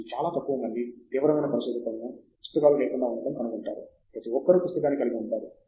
మీరు చాలా తక్కువ మంది తీవ్రమైన పరిశోధకులను పుస్తకాలు లేకుండా ఉండడం కనుగొంటారు ప్రతి ఒక్కరూ పుస్తకాన్ని కలిగి ఉంటారు